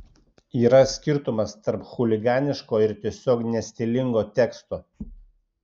yra skirtumas tarp chuliganiško ir tiesiog nestilingo teksto